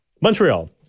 Montreal